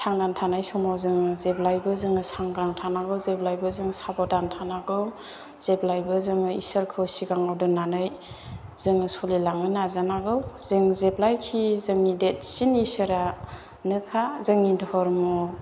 थांनानै थानाय समाव जों जेब्लायबो जोङो सांग्रा थांनांगौ जेब्लायबो जों साबधान थानांगौ जेब्लायबो जोङो इसोरखौ सिगाङाव दोननानै जोङो सलिलांनो नाजानांगौ जों जेब्लायखि जोंनि देतसिन इसोरानोखा जोंनि धर्म